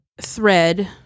thread